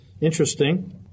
interesting